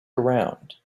around